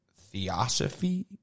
theosophy